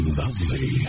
lovely